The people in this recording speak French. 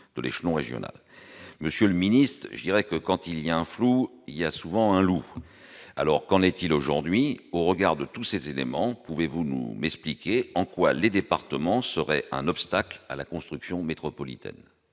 de l'échelon régional, monsieur le ministre, je dirais que quand il y a un flou, il y a souvent un loup alors qu'en est-il aujourd'hui au regard de tous ces éléments, pouvez-vous nous mais piquer en quoi les départements seraient un obstacle à la construction métropolitaine,